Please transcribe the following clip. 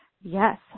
Yes